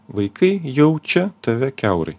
vaikai jaučia tave kiaurai